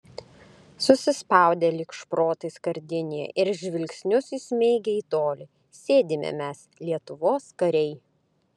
susispaudę lyg šprotai skardinėje ir žvilgsnius įsmeigę į tolį sėdime mes lietuvos kariai